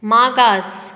मागास